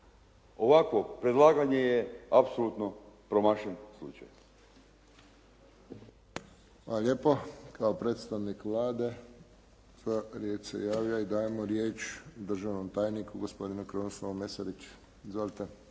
ovakvo predlaganje je apsolutno promašen slučaj.